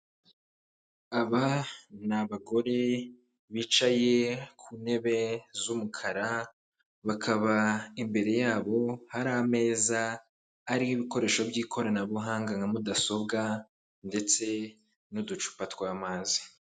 Aba ni abagore bicaye ku ntebe z'umukara, bakaba imbere yabo hari ameza ariho ibikoresho by'ikoranabuhanga nka mudasobwa ndetse n'uducupa tw'amazi.